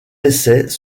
essais